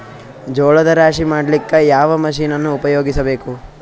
ಜೋಳದ ರಾಶಿ ಮಾಡ್ಲಿಕ್ಕ ಯಾವ ಮಷೀನನ್ನು ಉಪಯೋಗಿಸಬೇಕು?